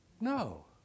No